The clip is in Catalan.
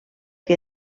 que